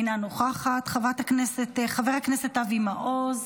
אינה נוכחת, חבר הכנסת אבי מעוז,